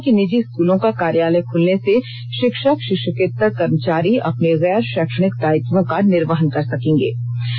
उन्होंने कहा कि निजी स्कूलों का कार्यालय खुलने से शिक्षकशिक्षकेत्तर कर्मचारी अपने गैर शैक्षणिक दायित्वों का निर्वहन कर सकेंगे